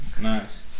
Nice